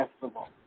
Festival